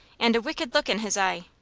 and a wicked look in his eye.